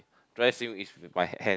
dry swimming is with my hand